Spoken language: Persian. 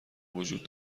وجود